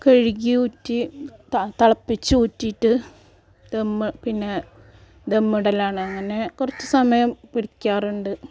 കഴുകി ഊറ്റി തെള തിളപ്പിച്ച് ഊറ്റിയിട്ട് ദം പിന്നെ ദം ഇടലാണ് അങ്ങനെ കുറച്ച് സമയം പിടിക്കാറുണ്ട്